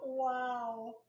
Wow